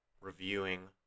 reviewing